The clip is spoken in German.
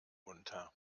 unter